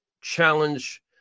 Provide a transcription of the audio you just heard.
challenge